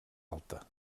alta